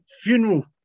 funeral